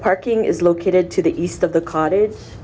parking is located to the east of the cottage